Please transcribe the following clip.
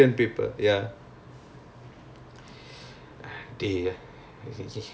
mathematics ah !wah! how you do mathematics sia கஷ்டமா இல்லை:kashtamaa ilai